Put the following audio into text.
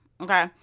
okay